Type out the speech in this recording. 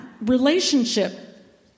relationship